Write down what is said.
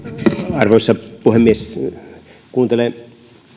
arvoisa puhemies kuuntelen